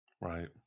right